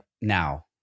now